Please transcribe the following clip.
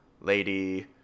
lady